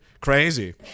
Crazy